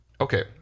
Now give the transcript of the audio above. okay